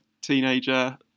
teenager